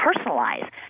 personalize